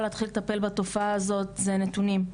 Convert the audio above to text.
להתחיל לטפל בתופעה הזאת זה נתונים,